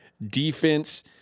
defense